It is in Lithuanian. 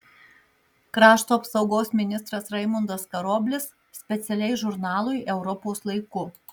krašto apsaugos ministras raimundas karoblis specialiai žurnalui europos laiku